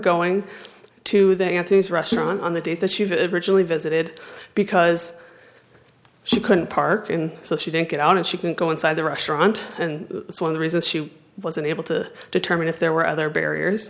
going to the anthony's restaurant on the date that you've ever actually visited because she couldn't park in so she didn't get out and she couldn't go inside the restaurant and one of the reasons she wasn't able to determine if there were other barriers